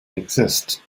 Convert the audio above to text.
exist